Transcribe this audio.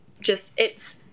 just—it's